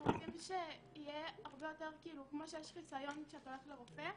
אנחנו רוצים שכמו שיש חיסיון כשאתה הולך לרופא,